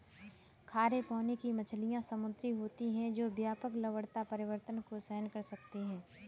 खारे पानी की मछलियाँ समुद्री होती हैं जो व्यापक लवणता परिवर्तन को सहन कर सकती हैं